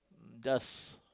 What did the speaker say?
does